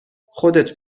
خودت